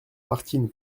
martine